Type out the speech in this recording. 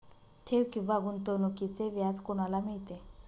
ठेव किंवा गुंतवणूकीचे व्याज कोणाला मिळते?